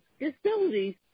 disabilities